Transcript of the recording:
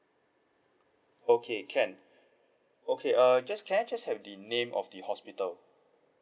okay can okay err just can I just have the name of the hospital